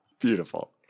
Beautiful